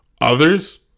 Others